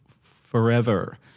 forever